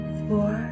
four